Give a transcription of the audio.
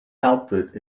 outfit